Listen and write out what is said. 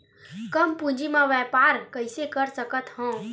कम पूंजी म व्यापार कइसे कर सकत हव?